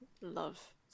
love